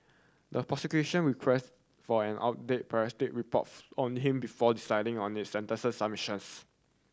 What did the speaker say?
the prosecution requested for an updated psychiatric reports on him before deciding on its sentencing submissions